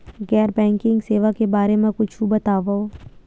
गैर बैंकिंग सेवा के बारे म कुछु बतावव?